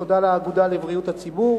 תודה לאגודה לבריאות הציבור